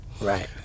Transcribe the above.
Right